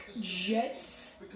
Jets